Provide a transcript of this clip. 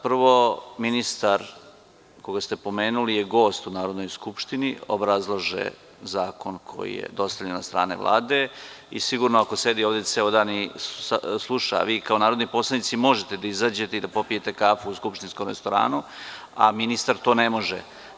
Prvo, ministar koga ste pomenuli je gost u Narodnoj skupštini, obrazlaže zakon koji je dostavljen od strane Vlade i sigurno, ako sedi ovde ceo dan i sluša, a vi kao narodni poslanici možete da izađete i da popijete kafu u skupštinskom restoranu, a ministar to ne može.